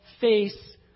face